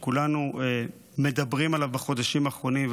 שכולנו מדברים עליו בחודשים האחרונים,